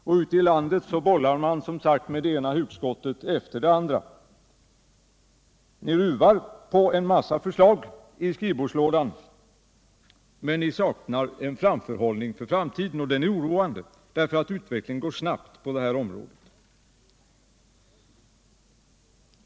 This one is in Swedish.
Och ute i landet bollar man som sagt med det ena hugskottet efter det andra. Ni ruvar på en massa förslag i skrivbordslådorna, men saknar en framförhållning för framtiden — och det är oroande, för utvecklingen går snabbt på det här området.